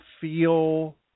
feel